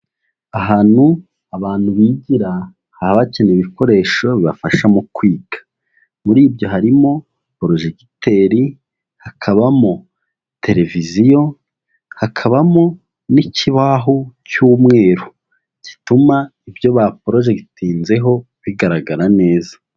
Ahantu abantu bigira, haba hakenewe ibikoresho bibafasha mu kwiga. Muri ibyo harimo, porojegiteri, hakabamo tereviziyo, hakabamo n'ikibaho cy'umweru, gituma ibyo bapojezigitinzeho, bigaragara neza.